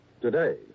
today